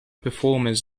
performers